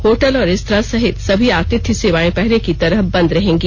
hotel और restaurant सहित सभी आतिथ्य सेवाएं पहले की तरह बंद रहेंगी